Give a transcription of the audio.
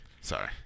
sorry